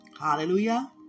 Hallelujah